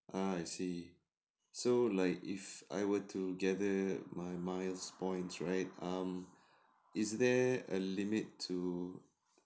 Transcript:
ah I see so like if I were to gather my miles points right um is there a limit to